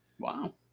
wow